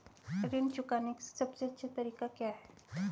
ऋण चुकाने का सबसे अच्छा तरीका क्या है?